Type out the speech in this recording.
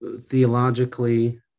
theologically